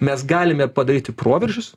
mes galime padaryti proveržius